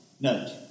note